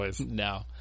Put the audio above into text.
No